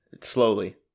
slowly